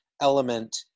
element